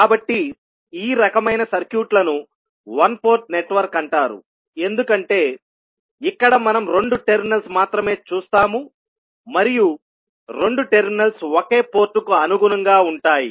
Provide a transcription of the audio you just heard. కాబట్టి ఈ రకమైన సర్క్యూట్లను వన్ పోర్ట్ నెట్వర్క్ అంటారు ఎందుకంటే ఇక్కడ మనం రెండు టెర్మినల్స్ మాత్రమే చూస్తాము మరియు రెండు టెర్మినల్స్ ఒకే పోర్టుకు అనుగుణంగా ఉంటాయి